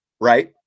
right